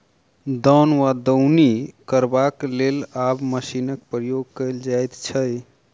दौन वा दौनी करबाक लेल आब मशीनक प्रयोग कयल जाइत अछि